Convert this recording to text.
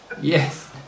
Yes